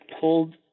pulled